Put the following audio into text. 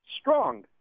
Strong